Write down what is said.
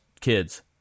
kids